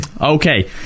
okay